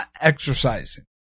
exercising